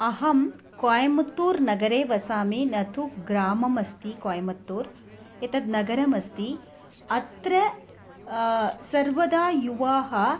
अहं क्वय्मत्तूर्नगरे वसामि न तु ग्राममस्ति क्वय्मत्तूर् एतत् नगरमस्ति अत्र सर्वदा युवाः